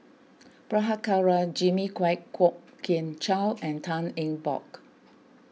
Prabhakara Jimmy Quek Kwok Kian Chow and Tan Eng Bock